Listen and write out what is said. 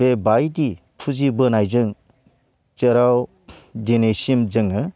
बेबायदि फुजिबोनायजों जेराव दिनैसिम जोङो